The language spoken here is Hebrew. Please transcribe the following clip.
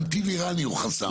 גם טיל איראני הוא חסם.